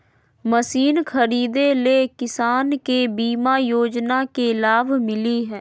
Machine खरीदे ले किसान के बीमा योजना के लाभ मिली?